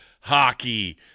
hockey